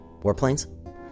warplanes